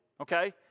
Okay